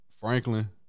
Franklin